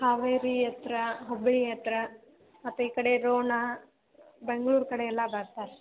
ಹಾವೇರಿ ಹತ್ರ ಹುಬ್ಬಳ್ಳಿ ಹತ್ತಿರ ಮತ್ತು ಈ ಕಡೆ ರೋಣ ಬೆಂಗ್ಳೂರು ಕಡೆಯೆಲ್ಲ ಬರ್ತಾರೆ ರೀ